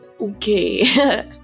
Okay